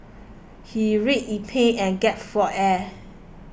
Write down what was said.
he writhed in pain and gasped for air